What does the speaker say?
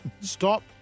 Stop